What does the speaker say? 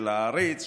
של העריץ,